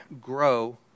grow